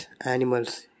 animals